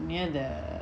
near the